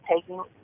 taking